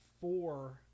four